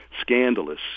scandalous